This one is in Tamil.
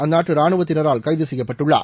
அந்நாட்டு ராணுவத்தினரால் கைது செய்யப்பட்டுள்ளார்